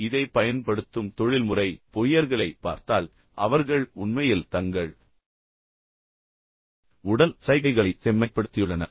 இப்போது இதைப் பயன்படுத்தும் தொழில்முறை பொய்யர்களைப் பார்த்தால் அவர்கள் உண்மையில் தங்கள் உடல் சைகைகளைச் செம்மைப்படுத்தியுள்ளனர்